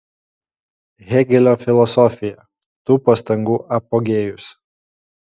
hėgelio filosofija tų pastangų apogėjus